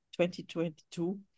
2022